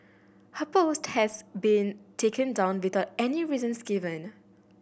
her post has been taken down without any reasons given